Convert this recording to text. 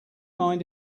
mind